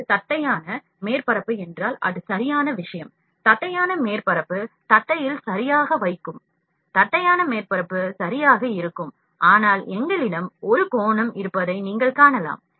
இது தட்டையான மேற்பரப்பு என்றால் அது சரியான விஷயம்தட்டையான மேற்பரப்பு தட்டையில் சரியாக வைக்கும் தட்டையான மேற்பரப்பு சரியாக இருக்கும் ஆனால் எங்களிடம் ஒரு கோணம் இருப்பதை நீங்கள் காணலாம்